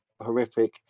horrific